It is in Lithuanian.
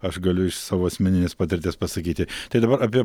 aš galiu iš savo asmeninės patirties pasakyti tai dabar apie